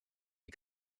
die